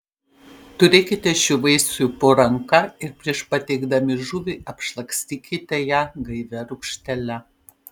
turėkite šių vaisių po ranka ir prieš patiekdami žuvį apšlakstykite ją gaivia rūgštele